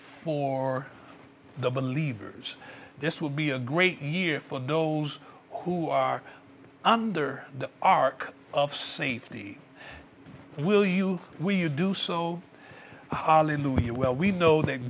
for the believers this will be a great year for those who are under the ark of safety will you will you do so you well we know that